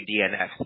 DNS